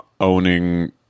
owning